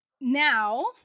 Now